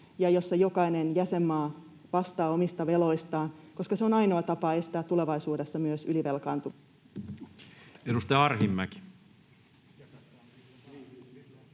ja jossa jokainen jäsenmaa vastaa omista veloistaan, koska se on ainoa tapa estää tulevaisuudessa myös ylivelkaantuminen. [Antti